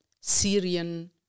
syrian